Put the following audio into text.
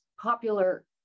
popular